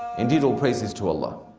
and praises to allah.